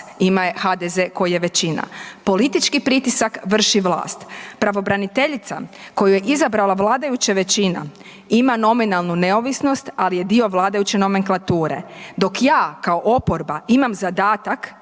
ima je HDZ koji je većina, politički pritisak vrši vlast, pravobraniteljica koju je izabrala vladajuća većina ima nominalnu neovisnost ali je dio vladajuće nomenklature, dok ja kao oporba imam zadatak